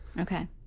Okay